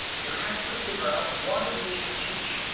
you have to figure out what is you teach.